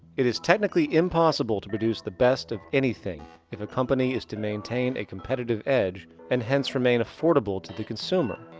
it is technically impossible to produce the best of anything. if a company is to maintain a competitive edge and hence remain affordable to the consumer.